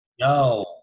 No